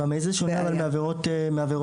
במה זה שונה מעבירות אחרות?